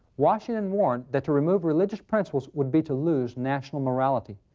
washington warned that to remove religious principles would be to lose national morality.